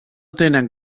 tenen